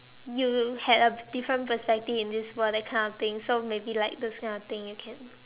you had a different perspective in this world that kind of things so maybe like those kind of thing you can